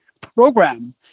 program